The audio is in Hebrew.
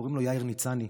קוראים לו יאיר ניצני.